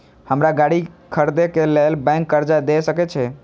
हमरा गाड़ी खरदे के लेल बैंक कर्जा देय सके छे?